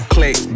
Click